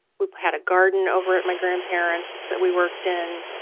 we had a garden over at my grandparents' that we worked in.